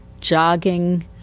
jogging